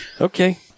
Okay